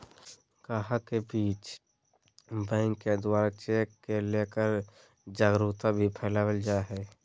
गाहक के बीच बैंक के द्वारा चेक के लेकर जागरूकता भी फैलावल जा है